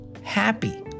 happy